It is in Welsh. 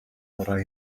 orau